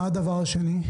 מה הצעד השני?